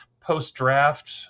post-draft